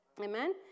Amen